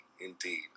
indeed